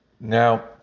Now